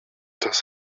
das